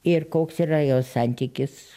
ir koks yra jos santykis